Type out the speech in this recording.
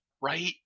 right